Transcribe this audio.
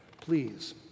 please